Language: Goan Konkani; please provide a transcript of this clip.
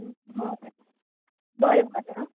हय बरें बरें आ